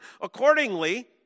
Accordingly